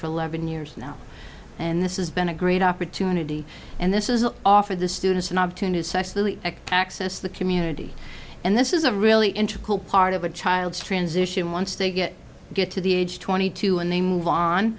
for eleven years now and this is been a great opportunity and this is an offer the students an opportunity to access the community and this is a really into cool part of a child's transition once they get get to the age twenty two and they move on